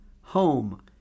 home